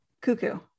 cuckoo